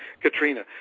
Katrina